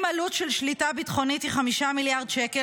אם עלות של שליטה ביטחונית היא 5 מיליארד שקל,